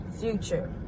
future